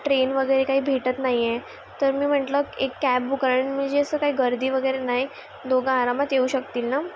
ट ट्रेन वगेरे काही भेटत नाईये तर मी म्हंटलं एक कॅब बुकऱ्या मंजे असं काही गर्दी वगैरे नाई दोघं आरामात येऊ शकतील ना